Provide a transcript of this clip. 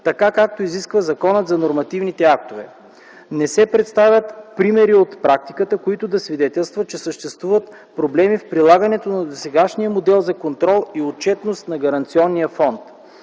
така както изисква Законът за нормативните актове. Не се представят примери от практиката, които да свидетелстват, че съществуват проблеми в прилагането на досегашния модел за контрол и отчетност на Гаранционния фонд.